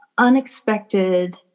unexpected